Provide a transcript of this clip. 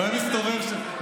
גם יש עתיד מתנגדים.